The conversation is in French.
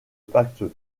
pacte